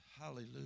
Hallelujah